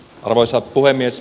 arvoisa puhemies